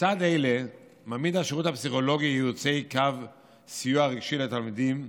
לצד אלה מעמיד השירות הפסיכולוגי-ייעוצי קו סיוע רגשי לתלמידים,